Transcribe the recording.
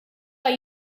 are